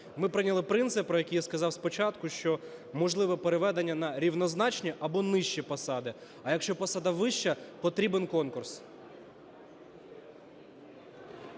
Ми прийняли принцип, про який я сказав спочатку, що можливе переведення на рівнозначні або нижчі посади. А якщо посада вища, потрібен конкурс.